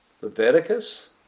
Leviticus